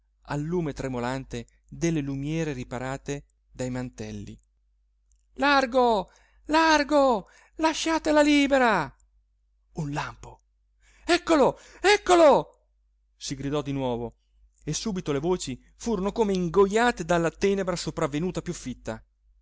al lume tremolante delle lumiere riparate dai mantelli largo largo lasciatela libera un lampo eccolo eccolo si gridò di nuovo e subito le voci furono come ingojate dalla tenebra sopravvenuta piú fitta